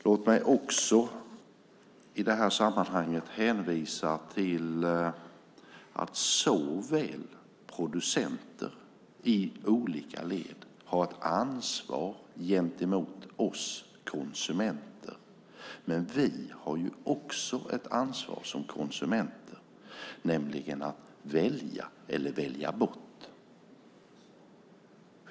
Låt mig också i det här sammanhanget hänvisa till att producenter i olika led har ett ansvar gentemot oss konsumenter. Vi har också ett ansvar som konsumenter, nämligen att välja eller välja bort.